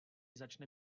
začne